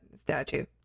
statue